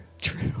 true